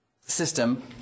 system